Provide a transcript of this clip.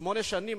שמונה שנים,